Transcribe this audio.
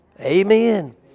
Amen